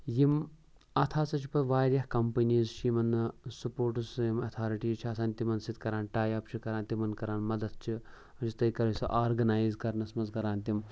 یِم اَتھ ہَسا چھِ پَتہٕ واریاہ کَمپٔنیٖز چھِ یِمَن نہٕ سپوٹٕس یِم ایٚتھارٹیٖز چھِ آسان تِمَن سۭتۍ کَران ٹاے اَپ چھِ کَران تِمَن کَران مَدَتھ چھِ وَنان تُہۍ کَرو سُہ آرگَنایِز کَرنَس منٛز کَران تِم